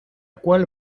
cual